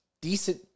decent